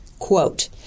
Quote